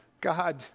God